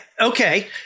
Okay